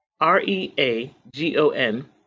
R-E-A-G-O-N